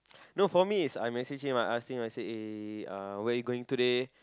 no for me is I message him ah I ask him eh I asked him hey where you going today